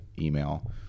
email